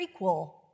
prequel